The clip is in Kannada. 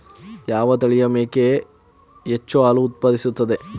ಯಾವ ತಳಿಯ ಮೇಕೆ ಹೆಚ್ಚು ಹಾಲು ಉತ್ಪಾದಿಸುತ್ತದೆ?